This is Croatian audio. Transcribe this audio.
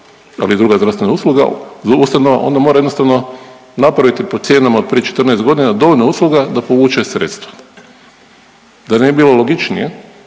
bi druga zdravstvena ustanova onda mora jednostavno napraviti po cijenama od prije 14 godina dovoljno usluga da povuče sredstva. Da ne bi bilo logičnije